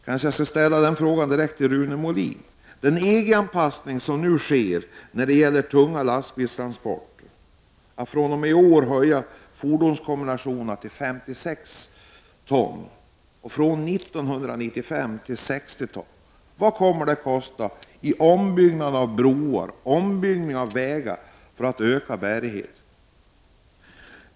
Kanske jag skall ställa min fråga direkt till Rune Molin: Vad kommer den EG-anpassning som nu sker av tunga lastbilstransporter — fordonskombinationerna höjs fr.o.m. i år till 56 ton och från 1995 till 60 ton — att kosta i ombyggnad av broar och vägar för att öka bärigheten?